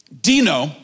Dino